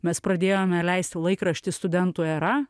mes pradėjome leisti laikraštį studentų era